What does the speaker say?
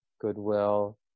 goodwill